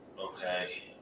Okay